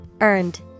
Earned